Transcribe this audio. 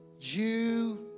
Jew